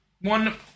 One